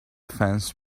fence